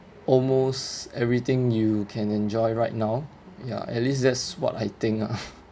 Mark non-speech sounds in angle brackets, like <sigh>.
almost everything you can enjoy right now ya at least that's what I think lah <laughs>